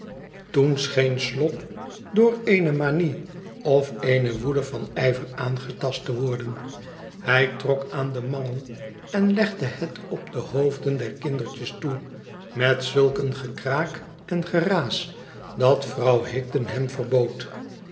toen scheen slop door eene manie of eene woede van ijver aangetast te worden hij trok aan den mangel en legde het op de hoofden der kmdertjes toe met zulk een gekraak en geraas dat vrouw higden hem verbood